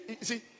See